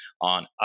on